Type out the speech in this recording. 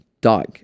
dog